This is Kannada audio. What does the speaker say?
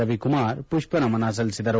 ರವಿಕುಮಾರ್ ಪುಷ್ವ ನಮನ ಸಲ್ಲಿಸಿದರು